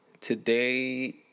Today